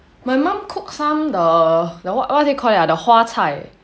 my mum cook some the the what is it called a'ah the 花菜